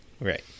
Right